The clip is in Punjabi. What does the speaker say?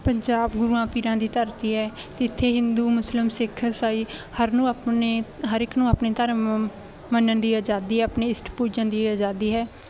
ਪੰਜਾਬ ਗੁਰੂਆਂ ਪੀਰਾਂ ਦੀ ਧਰਤੀ ਹੈ ਜਿੱਥੇ ਹਿੰਦੂ ਮੁਸਲਿਮ ਸਿੱਖ ਇਸਾਈ ਹਰ ਨੂੰ ਆਪਣੇ ਹਰ ਇੱਕ ਨੂੰ ਆਪਣੇ ਧਰਮ ਮੰਨਣ ਦੀ ਆਜ਼ਾਦੀ ਆਪਣੇ ਇਸ਼ਟ ਪੂਜਣ ਦੀ ਆਜ਼ਾਦੀ ਹੈ